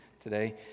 today